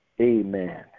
Amen